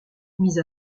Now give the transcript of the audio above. mis